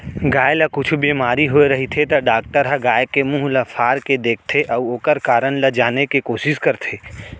गाय ल कुछु बेमारी होय रहिथे त डॉक्टर ह गाय के मुंह ल फार के देखथें अउ ओकर कारन ल जाने के कोसिस करथे